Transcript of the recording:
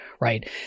right